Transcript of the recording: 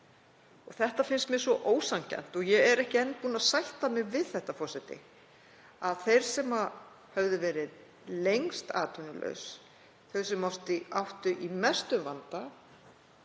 bíða. Það finnst mér svo ósanngjarnt og ég er ekki enn búin að sætta mig við það, forseti, að þeir sem höfðu verið lengst atvinnulausir, sem áttu í mestum vanda